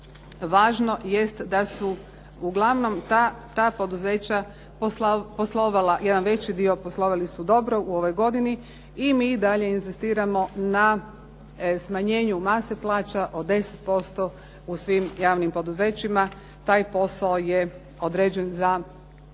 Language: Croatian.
važno jest da su ta poduzeća poslovala jedan veći dio poslovali su dobro u ovoj godini i mi dalje inzistiramo na smanjenju mase plaća od 10% u svim javnim poduzećima, taj posao je prije svega